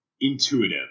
intuitive